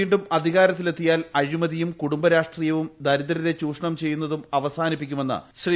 വീണ്ടും അധികാരത്തിലെത്തി യാൽ അഴിമതിയും ക്കുടുംബ രാഷ്ട്രീയവും ദരിദ്രരെ ചൂഷണം ചെയ്യുന്നതും അവസാനിപ്പിക്കുമെന്ന് ശ്രീ